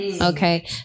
Okay